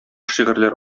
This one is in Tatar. шигырьләр